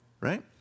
right